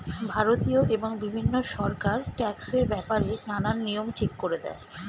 ভারতীয় এবং বিভিন্ন সরকার ট্যাক্সের ব্যাপারে নানান নিয়ম ঠিক করে দেয়